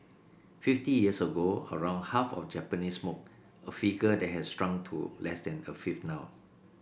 fifty years ago around half of Japanese smoked a figure that has shrunk to less than a fifth now